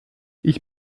ich